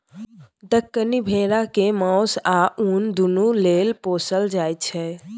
दक्कनी भेरा केँ मासु आ उन दुनु लेल पोसल जाइ छै